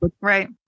Right